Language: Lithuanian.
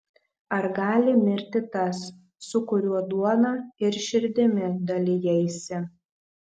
ar gali mirti tas su kuriuo duona ir širdimi dalijaisi